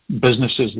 businesses